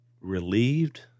relieved